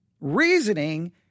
reasoning